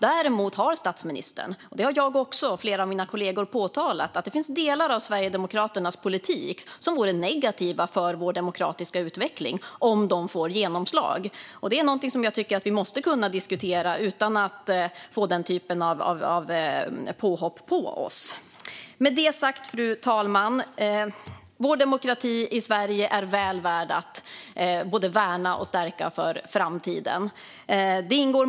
Däremot har statsministern, och det har också jag och flera av mina kollegor, påtalat att det finns delar av Sverigedemokraternas politik som vore negativa för vår demokratiska utveckling om de får genomslag. Det är något som jag tycker att vi måste kunna diskutera utan att få den typen av påhopp. Med det sagt, fru talman, är vår demokrati i Sverige väl värd att både värna och stärka för framtiden.